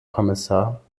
kommissar